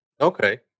Okay